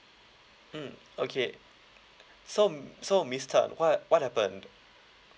mm okay so m~ so miss tan what what happened